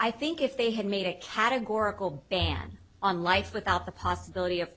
i think if they had made a categorical ban on life without the possibility of